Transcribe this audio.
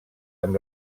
amb